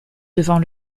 devant